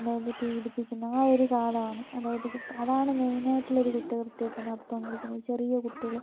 അതായത് പീഡിപ്പിക്കുന്ന ആ ഒരു കാലോണ് അതായത് ഇപ്പം അതാണ് മെയിൻ ആയിട്ടുള്ള ഒരു കുറ്റകൃത്യം ഇപ്പോൾ നടന്നോണ്ടിരിക്കുന്നത് ചെറിയ കുട്ടികൾ